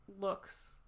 looks